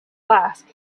flask